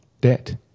debt